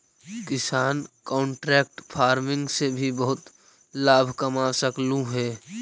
किसान contract farming से भी बहुत लाभ कमा सकलहुं हे